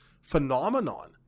phenomenon